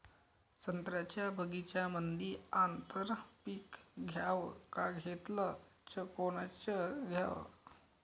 संत्र्याच्या बगीच्यामंदी आंतर पीक घ्याव का घेतलं च कोनचं घ्याव?